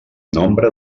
nombre